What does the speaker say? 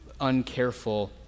uncareful